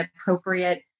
appropriate